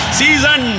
season